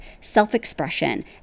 self-expression